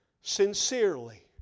sincerely